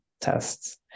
tests